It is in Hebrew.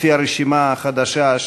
את דבר ההחלטה הנ"ל לידיעת הכנסת.